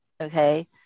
Okay